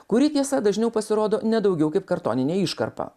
kuri tiesa dažniau pasirodo ne daugiau kaip kartoninė iškarpa